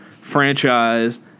franchise